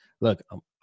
look